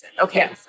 Okay